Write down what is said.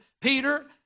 Peter